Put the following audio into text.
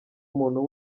umuntu